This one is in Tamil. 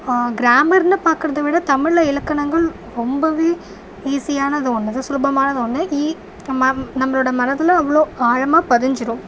கிராமர்ன்னு பார்க்குறத விட தமிழில் இலக்கணங்கள் ரொம்பவே ஈஸியானது ஒன்றுதான் சுலபமானது ஒன்று ஈ நம்ம நம்மளோட மனதில் அவ்வளோ ஆழமாக பதிஞ்சுடும்